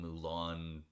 Mulan